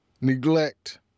neglect